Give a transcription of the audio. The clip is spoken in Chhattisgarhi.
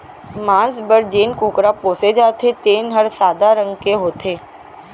मांस बर जेन कुकरा पोसे जाथे तेन हर सादा रंग के होथे